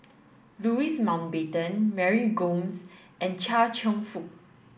Louis Mountbatten Mary Gomes and Chia Cheong Fook